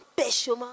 empêchement